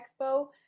expo